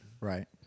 Right